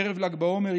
ערב ל"ג בעומר,